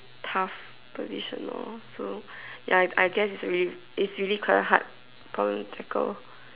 tough position for so ya I guess it's really it's really quite hard problem to tackle